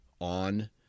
on